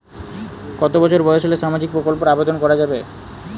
কত বছর বয়স হলে সামাজিক প্রকল্পর আবেদন করযাবে?